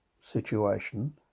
situation